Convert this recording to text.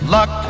Luck